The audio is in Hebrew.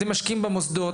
אתם משקיעים במוסדות,